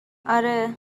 آره